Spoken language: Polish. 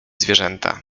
zwierzęta